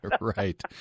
Right